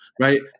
right